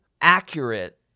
accurate